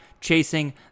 Chasing